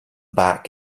back